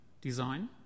design